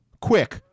Quick